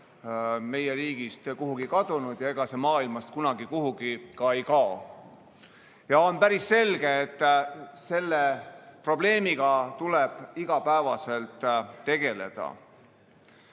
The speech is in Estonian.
meie riigist kuhugi kadunud ja ega see ka maailmast kunagi kuhugi ei kao. On päris selge, et selle probleemiga tuleb igapäevaselt tegeleda.